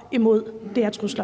(S):